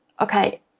okay